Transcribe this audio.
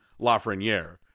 Lafreniere